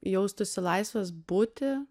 jaustųsi laisvas būti